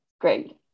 great